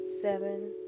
seven